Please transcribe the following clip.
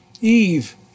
Eve